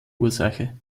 ursache